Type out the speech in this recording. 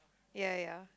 ya ya